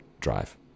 drive